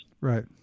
Right